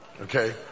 okay